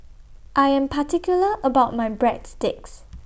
I Am particular about My Breadsticks